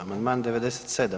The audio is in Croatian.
Amandman 97.